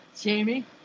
jamie